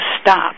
stop